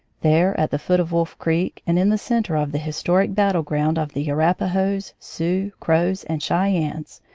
there, at the foot of wolf creek and in the center of the historic battle-ground of the arapahoes, sioux, crows, and cheyennes,